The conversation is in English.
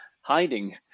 hiding